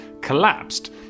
collapsed